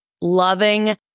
Loving